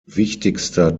wichtigster